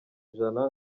ijana